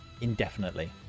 indefinitely